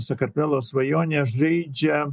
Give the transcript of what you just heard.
sakartvelo svajonė žaidžia